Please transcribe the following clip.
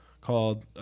called